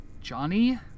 Johnny